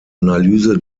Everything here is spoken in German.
analyse